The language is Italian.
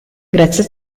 grazie